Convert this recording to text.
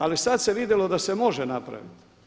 Ali sad se vidjelo da se može napraviti.